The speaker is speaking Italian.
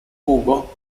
ugo